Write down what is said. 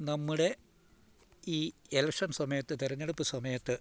നമ്മുടെ ഈ ഇലക്ഷൻ സമയത്ത് തിരഞ്ഞെടുപ്പ് സമയത്ത്